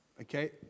Okay